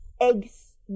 eggs